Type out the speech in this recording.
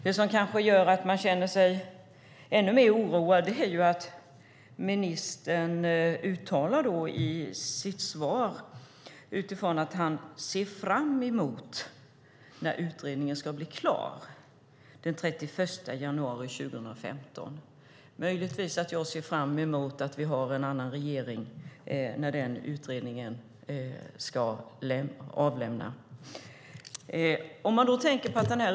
Det som kanske gör att man känner sig ännu mer oroad är att ministern i sitt svar uttalar att han "ser fram emot" när utredningen ska bli klar den 31 januari 2015. Jag ser möjligtvis fram emot att vi har en annan regering när den utredningen ska avlämnas.